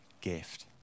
gift